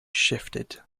shifted